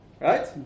Right